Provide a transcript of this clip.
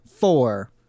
four